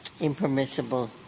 impermissible